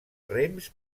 rems